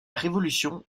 révolution